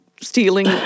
stealing